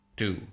two